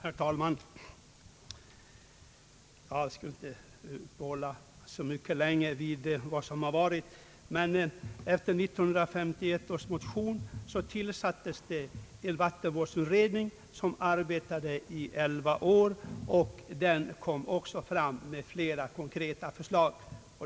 Herr talman! Jag skall inte uppehålla kammaren så mycket längre efter vad som har anförts. Men efter vår motion Ang. förslag till miljöskyddslag m.m. år 1951 tillsattes en vattenvårdsutredning som arbetade i elva år och även framlade flera konkreta förslag.